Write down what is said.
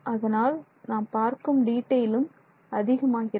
அதனால் நான் பார்க்கும் டீட்டைலும் அதிகமாகிறது